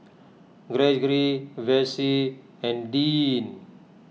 Gregory Vessie and Deeann